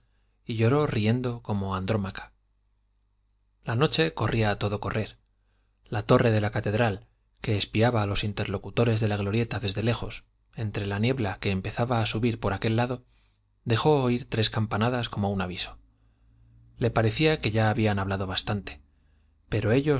y lloró riendo como andrómaca la noche corría a todo correr la torre de la catedral que espiaba a los interlocutores de la glorieta desde lejos entre la niebla que empezaba a subir por aquel lado dejó oír tres campanadas como un aviso le parecía que ya habían hablado bastante pero ellos